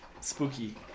Spooky